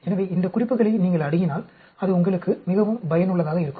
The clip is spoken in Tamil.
எனவே இந்த குறிப்புகளை நீங்கள் அணுகினால் அது உங்களுக்கு மிகவும் பயனுள்ளதாக இருக்கும்